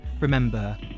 remember